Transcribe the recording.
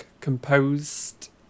composed